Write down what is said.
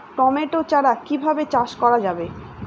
Tomato চারা কিভাবে চাষ করা যাবে?